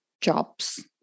jobs